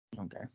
Okay